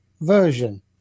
version